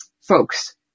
folks